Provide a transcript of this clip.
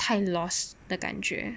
太 lost 的感觉